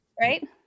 right